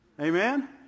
Amen